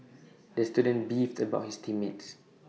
the student beefed about his team mates